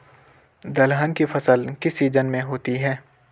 दलहन की फसल किस सीजन में होती है?